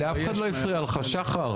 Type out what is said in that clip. אף אחד לא הפריע לך, שחר.